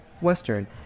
Western